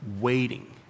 waiting